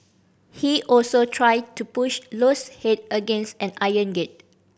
he also tried to push Low's head against an iron gate